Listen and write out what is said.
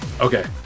Okay